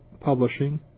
Publishing